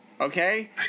Okay